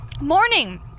Morning